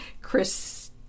Chris